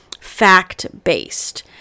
fact-based